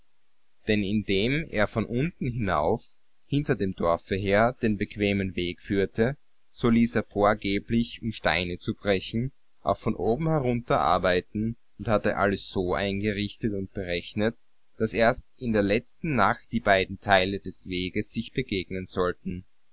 denn indem er von unten hinauf hinter dem dorfe her den bequemen weg führte so ließ er vorgeblich um steine zu brechen auch von oben herunter arbeiten und hatte alles so eingerichtet und berechnet daß erst in der letzten nacht die beiden teile des weges sich begegnen sollten